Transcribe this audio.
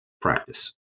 practice